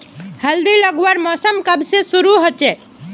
हल्दी लगवार मौसम कब से शुरू होचए?